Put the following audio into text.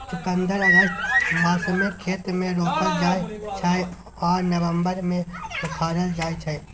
चुकंदर अगस्त मासमे खेत मे रोपल जाइ छै आ नबंबर मे उखारल जाइ छै